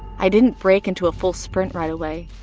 i didn't break into a full sprint right away,